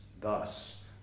Thus